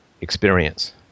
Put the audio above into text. experience